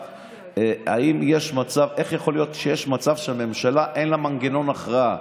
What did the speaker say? איך יכול להיות שיש מצב שלממשלה אין מנגנון הכרעה?